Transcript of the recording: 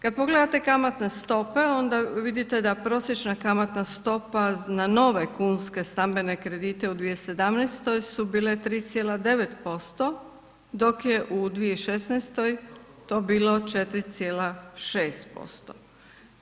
Kad pogledate kamatne stope, onda vidite da prosječna kamatna stopa na nove kunske, stambene kredite u 2017. su bile 3,9% dok je u 2016. to bilo 4,6%